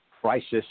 crisis